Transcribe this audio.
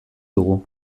dugu